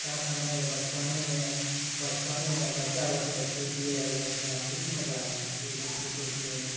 काश हमे आर बचपने मे बचपने मे बच्चा रहतियै रऽ खेलतियै रऽ उहे खेला बहुत मजा आबै होक्की बमपिट्टो खेलै मे